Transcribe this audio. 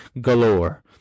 galore